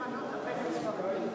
למנות על רקע ספרדי?